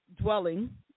dwelling